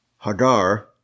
Hagar